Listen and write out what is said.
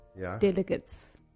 delegates